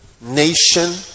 nation